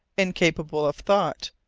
incapable of thought,